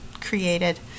created